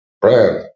brand